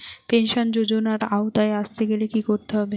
Pension যজোনার আওতায় আসতে গেলে কি করতে হবে?